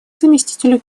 заместителю